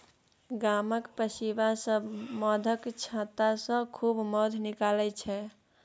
गामक पसीबा सब मौधक छत्तासँ खूब मौध निकालै छै